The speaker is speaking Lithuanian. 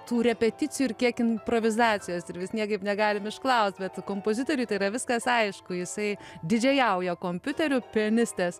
tų repeticijų ir kiek improvizacijos ir vis niekaip negalim išklaust bet kompozitoriui tai yra viskas aišku jisai didžėjauja kompiuteriu pianistės